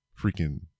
freaking